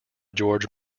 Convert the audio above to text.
george